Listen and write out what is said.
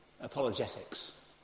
apologetics